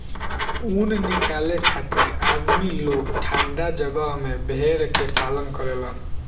ऊन निकाले खातिर आदमी लोग ठंडा जगह में भेड़ के पालन करेलन